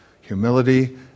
humility